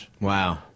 Wow